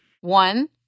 One